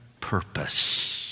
purpose